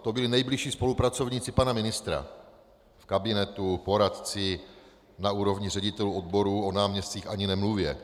To byli nejbližší spolupracovníci pana ministra v kabinetu, poradci na úrovni ředitelů odborů, o náměstcích ani nemluvě.